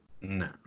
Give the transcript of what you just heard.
No